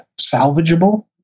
salvageable